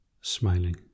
smiling